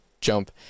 jump